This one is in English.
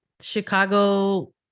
Chicago